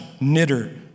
knitter